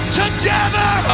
together